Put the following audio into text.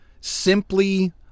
simply